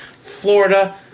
Florida